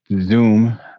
Zoom